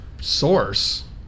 Source